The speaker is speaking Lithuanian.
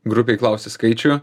grupei klausi skaičių